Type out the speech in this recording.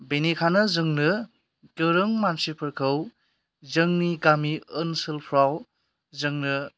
बेनिखायनो जोंनो गोरों मानसिफोरखौ जोंनि गामि ओनसोलफ्राव जोंनो